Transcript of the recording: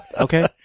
Okay